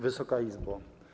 Wysoka Izbo!